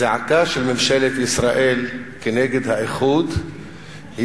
הזעקה של ממשלת ישראל כנגד האיחוד היא